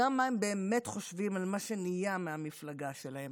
גם מה הם באמת חושבים על מה שנהיה מהמפלגה שלהם.